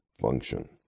function